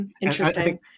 Interesting